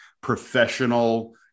professional